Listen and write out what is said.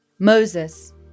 Moses